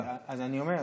אז אני אומר,